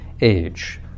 age